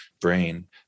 brain